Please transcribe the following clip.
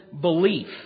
belief